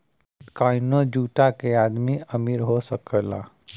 सौ बिट्काइनो जुटा के आदमी अमीर हो सकला